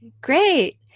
Great